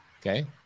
Okay